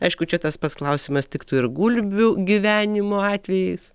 aišku čia tas pats klausimas tiktų ir gulbių gyvenimo atvejais